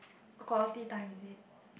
quality time is it